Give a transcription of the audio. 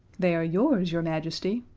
they are yours, your majesty,